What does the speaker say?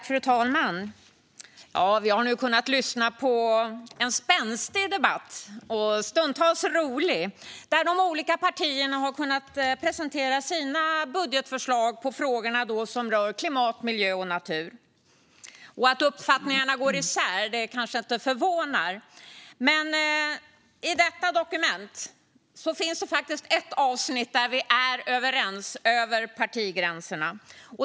Fru talman! Vi har lyssnat till en spänstig debatt, stundtals rolig, där de olika partierna har kunnat presentera sina budgetförslag gällande de frågor som rör klimat, miljö och natur. Att uppfattningarna går isär kanske inte förvånar, men i betänkandet finns det faktiskt ett avsnitt där vi är överens över partigränserna.